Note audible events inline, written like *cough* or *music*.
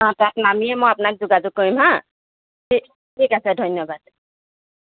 তাত নামিয়ে মই আপোনাক যোগাযোগ কৰিম হা *unintelligible* ঠিক আছে ধন্যবাদ